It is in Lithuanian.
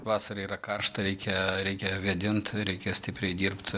vasarą yra karšta reikia reikia vėdint reikia stipriai dirbt